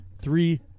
three